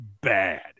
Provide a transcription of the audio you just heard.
Bad